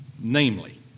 namely